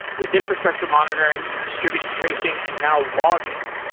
with infrastructure monitoring, distributed tracing and, now, logging,